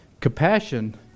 Compassion